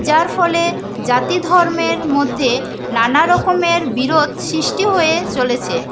যার ফলে জাতি ধর্মের মধ্যে নানা রকমের বিরোধ সৃষ্টি হয়ে চলেছে